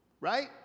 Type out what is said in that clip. Right